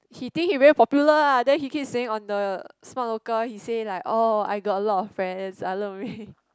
he think he very popular ah then he keep saying on the Smart Local he say like oh I got a lot of friends I love